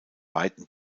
weiten